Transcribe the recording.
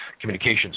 communications